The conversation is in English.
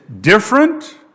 different